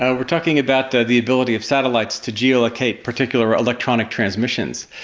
ah we're talking about the the ability of satellites to geolocate particular electronic transmissions.